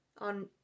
On